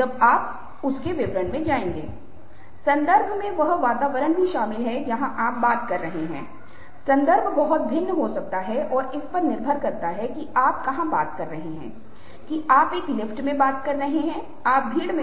अब मैं जो करने के लिए कह रहा हूं वह भावनाओं के हमारे डेटाबेस को देखने के लिए है जिसे हमने निश्चित समय पर यह अनुमान लगाने के लिए प्राप्त किया है कि क्या आप भावनाओं को पहचानने